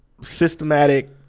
systematic